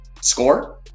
score